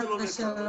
אז אני לא יודע.